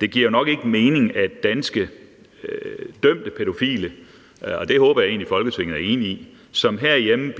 Det giver jo nok ikke mening, at danske dømte pædofile – og det håber jeg egentlig at Folketinget er enig i – som herhjemme